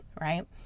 right